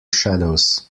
shadows